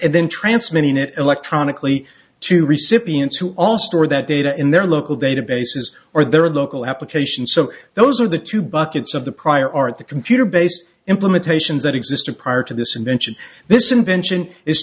and then transmitting it electronically to recipients who also store that data in their local databases or their local applications so those are the two buckets of the prior art the computer based implementations that existed prior to this invention this invention is